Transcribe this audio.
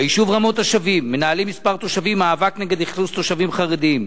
"ביישוב רמות-השבים מנהלים מספר תושבים מאבק נגד אכלוסו בתושבים חרדים,